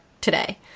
today